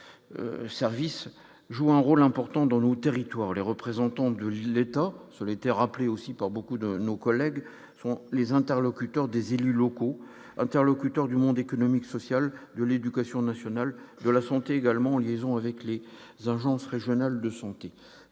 leurs services joint rôle important dans l'eau, territoire les représentants de l'île étant sur les Terres aussi pour beaucoup de nos collègues sont les interlocuteurs des élus locaux, interlocuteur du monde économique, sociale, de l'éducation nationale, de la santé, également en liaison avec les agences régionales de son